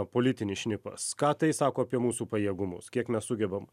politinis šnipas ką tai sako apie mūsų pajėgumus kiek mes sugebam